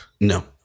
no